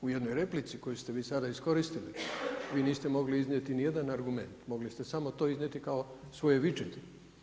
U jednoj replici koju ste vi sada iskoristili, vi niste mogli iznijeti nijedan argument, mogli ste samo to iznijeti kao svoje viđenje.